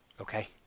okay